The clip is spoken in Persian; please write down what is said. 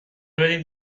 بدید